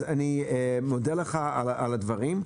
אז אני מודה לך על הדברים.